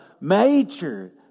major